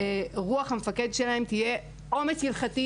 שרוח המפקד שלהם תהיה אומץ הלכתי,